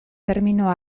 termino